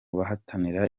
bahatanira